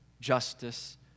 justice